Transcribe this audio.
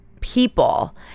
people